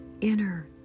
inner